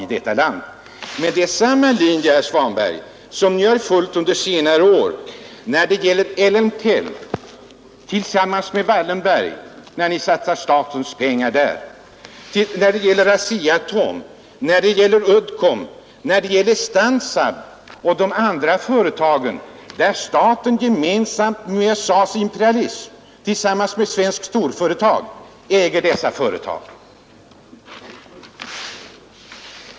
Men detta är samma linje som ni har följt under senare år när ni tillsammans med Wallenberg satsat statens pengar i Ellemtel. Detsamma gäller Asea-Atom, Uddcomb, Stansab och de andra företagen. Dessa företag äger staten gemensamt med USA-imperialismen och svensk storföretagsamhet.